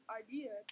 idea